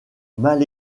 mal